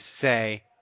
say